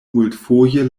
multfoje